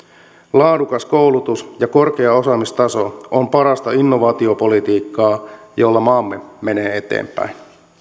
laadukas koulutus ja korkea osaamistaso on parasta innovaatiopolitiikkaa millä maamme menee eteenpäin